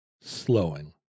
slowing